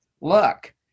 look